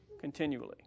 Continually